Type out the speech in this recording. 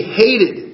hated